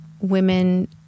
women